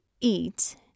eat